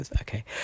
okay